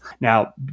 Now